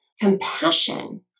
compassion